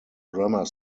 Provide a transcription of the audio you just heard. grammar